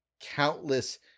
countless